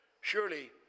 Surely